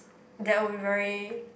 that will be very